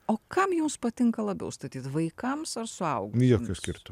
o kam jums patinka labiau statyt vaikams ar suaugusiems